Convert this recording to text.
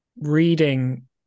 reading